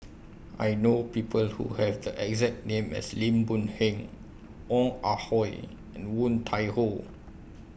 I know People Who Have The exact name as Lim Boon Heng Ong Ah Hoi and Woon Tai Ho